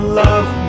love